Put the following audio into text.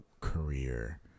career